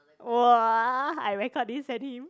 !wah! I record this send him